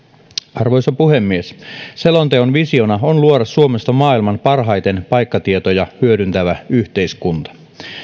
arvoisa puhemies selonteon visiona on luoda suomesta maailman parhaiten paikkatietoja hyödyntävä yhteiskunta